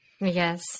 yes